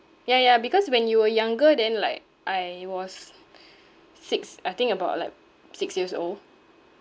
ya ya because when you were younger then like I was six I think about like six years old